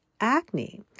Acne